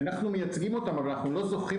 אנחנו מייצגים אותם אבל אנחנו לא זוכים